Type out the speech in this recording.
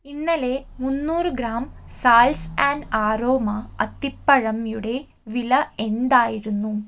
ഇന്നലെ മുന്നൂറ് gram Salz and Aroma അത്തിപ്പഴം യുടെ വില എന്തായിരുന്നു